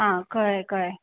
आं कळ्ळें कळ्ळें